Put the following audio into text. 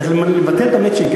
צריך לבטל את המצ'ינג.